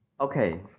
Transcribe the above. Okay